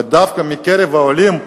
ודווקא מקרב העולים,